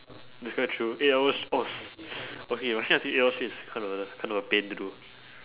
it's quite true eight hours oh s~ okay brushing your teeth eight hours straight is kind of a kind of a pain to do